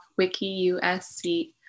WikiUSC